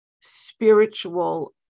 spiritual